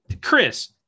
Chris